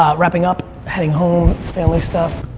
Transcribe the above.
wrapping up, heading home, family stuff.